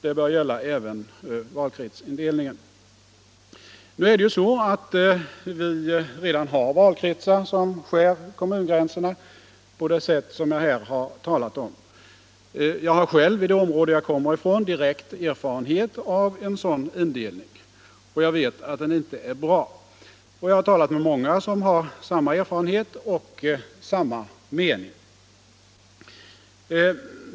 Det bör gälla även valkretsindelningen. Nu är det så att vi redan har valkretsar som skär kommungränserna på det sätt som jag här har talat om. Jag har själv direkta erfarenheter av en sådan indelning i det område jag kommer ifrån, och jag vet att den inte är bra. Jag har talat med många som har samma erfarenhet och samma mening.